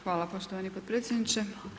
Hvala poštovani podpredsjedniče.